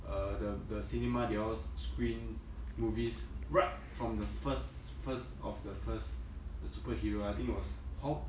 err the the cinema they all s~ screen movies right from the first first of the first the superhero I think it was hulk